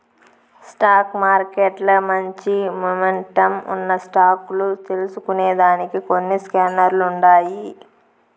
stock మార్కెట్ల మంచి momentum ఉన్న స్టాక్ లు తెల్సుకొనేదానికి కొన్ని స్కానర్లుండాయి